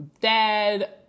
dad